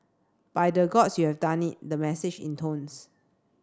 by the Gods you have done it the message intones